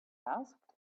asked